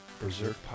Berserk